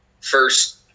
First